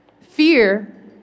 Fear